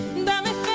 Dame